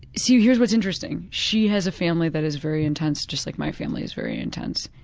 see, here's what's interesting. she has a family that is very intense, just like my family is very intense,